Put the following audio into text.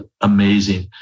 amazing